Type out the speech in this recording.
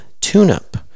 tune-up